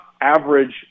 average